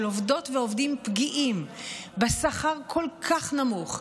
עובדות ועובדים פגיעים בשכר כל כך נמוך,